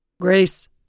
Grace